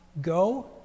Go